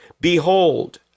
behold